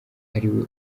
ariwe